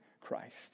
Christ